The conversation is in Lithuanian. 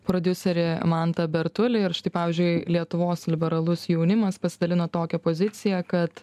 prodiuserį mantą bertulį ir štai pavyzdžiui lietuvos liberalus jaunimas pasidalino tokia pozicija kad